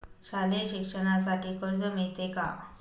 शालेय शिक्षणासाठी कर्ज मिळते का?